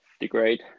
degrade